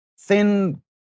thin